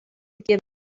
give